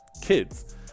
kids